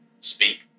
speak